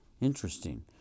Interesting